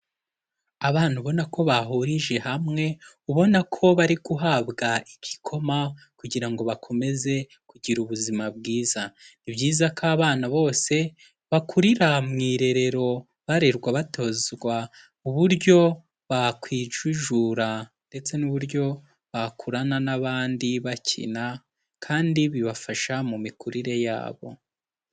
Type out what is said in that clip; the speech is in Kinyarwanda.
Abana ubona ko bahurije hamwe, ubona ko bari guhabwa igikoma kugira ngo bakomeze kugira ubuzima bwiza, ni byiza ko abana bose bakurira mu irerero barerwa batozwa uburyo bakwijujura ndetse n'uburyo bakurana n'abandi bakina kandi bibafasha mu mikurire yabo.